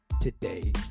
today